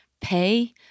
pay